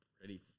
Ready